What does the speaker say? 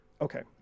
Okay